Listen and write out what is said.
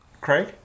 Craig